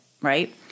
right